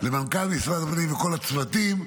למנכ"ל משרד הפנים ולכל הצוותים,